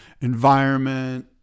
environment